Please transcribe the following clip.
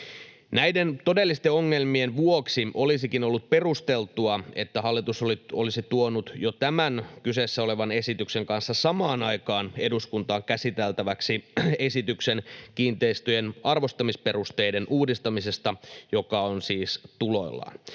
Näiden todellisten ongelmien vuoksi olisikin ollut perusteltua, että hallitus olisi tuonut jo tämän kyseessä olevan esityksen kanssa samaan aikaan eduskuntaan käsiteltäväksi esityksen kiinteistöjen arvostamisperusteiden uudistamisesta, joka on siis tuloillaan.